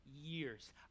years